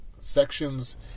sections